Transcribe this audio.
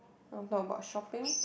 want talk about shopping